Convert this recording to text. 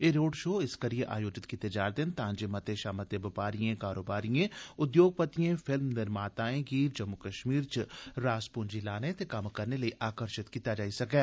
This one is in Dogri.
एह् रोड शो इस करियै आयोजित कीते जा'रदे न तां जे मते शा मते बपारिएं कारोबारिएं उद्योगपतिएं फिल्म निर्माताएं गी जम्मू कश्मीर च रास पूंजी लाने ते कम्म करने लेई आकर्शत कीता जाई सकै